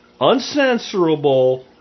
uncensorable